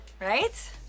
right